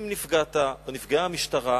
אם נפגעת או נפגעה המשטרה,